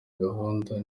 gahunda